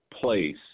place